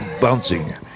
bouncing